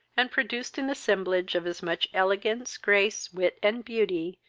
and produced an assemblage of as much elegance, grace, wit, and beauty,